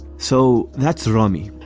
so that's rami.